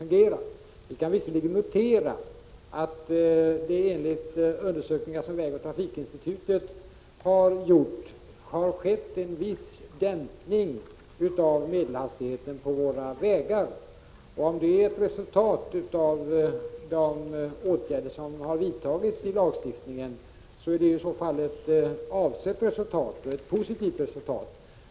Visserligen kan vi notera att det enligt undersökningar av vägoch trafikinstitutet har skett en viss dämpning av medelhastigheten på våra vägar, och om det är ett resultat av de åtgärder som har vidtagits i form av lagstiftning så är det ett avsett och positivt resultat.